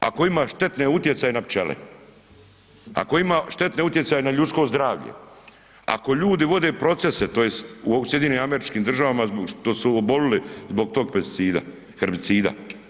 Ako ima štetne utjecaje na pčele, ako ima štetne utjecaje na ljudsko zdravlje, ako ljudi vode procese tj. u SAD što su obolili zbog tog pesticida, herbicida.